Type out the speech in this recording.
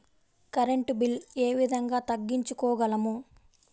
Current bill ఏ విధంగా తగ్గించుకోగలము?